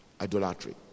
idolatry